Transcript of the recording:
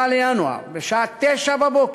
10 בינואר, בשעה 09:00,